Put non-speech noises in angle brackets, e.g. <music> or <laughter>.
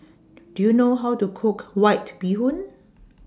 <noise> Do YOU know How to Cook White Bee Hoon